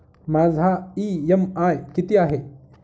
माझा इ.एम.आय किती आहे?